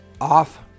off